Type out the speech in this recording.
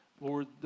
Lord